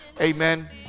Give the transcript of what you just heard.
Amen